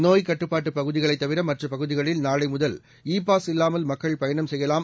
நோய்கட்டுப்பாட்டுபகுதிகளைத்தவிரமற்றபகுதிகளில் நாளைமுதல்இ பாஸ்இல்லாமல் மக்கள்பயணம்செய்யலாம்